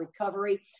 recovery